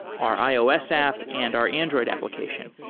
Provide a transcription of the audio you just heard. our ios app, and our android application.